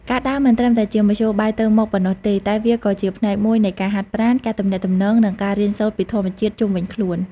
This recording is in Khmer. ការដើរមិនត្រឹមតែជាមធ្យោបាយទៅមកប៉ុណ្ណោះទេ តែវាក៏ជាផ្នែកមួយនៃការហាត់ប្រាណ ការទំនាក់ទំនង និងការរៀនសូត្រពីធម្មជាតិជុំវិញខ្លួន។